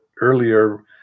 earlier